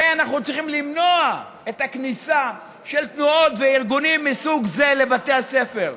אנחנו צריכים למנוע את הכניסה של תנועות וארגונים מסוג זה לבתי הספר.